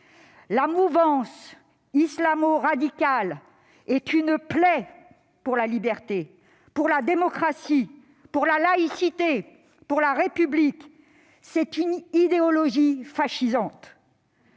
La mouvance islamo-radicale est une plaie pour la liberté, pour la démocratie, pour la laïcité, pour la République. C'est une idéologie fascisante.